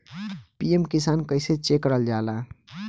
PM Kisan कइसे check करल जाला?